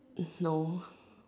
no